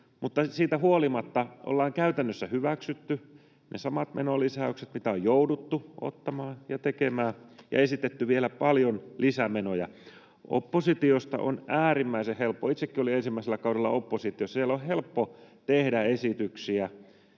mutta siitä huolimatta ollaan käytännössä hyväksytty ne samat menolisäykset, mitä on jouduttu ottamaan ja tekemään, ja esitetty vielä paljon lisämenoja. Oppositiosta on äärimmäisen helppo — itsekin olin ensimmäisellä kaudella oppositiossa — tehdä esityksiä,